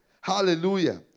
Hallelujah